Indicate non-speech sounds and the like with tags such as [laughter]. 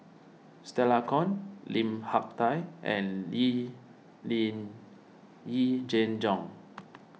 Stella Kon Lim Hak Tai and [unintelligible] Yee Jenn Jong